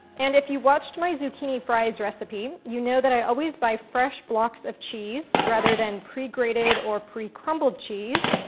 and if you watched my zucchini fries recipe, you know that i always buy fresh blocks of cheese, rather than pre-graded or pre-crumbled cheese,